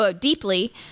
deeply